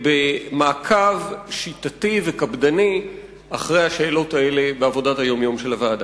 במעקב שיטתי וקפדני אחרי השאלות האלה בעבודת היום-יום של הוועדה.